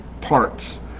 parts